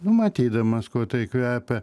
matydamas kuo tai kvepia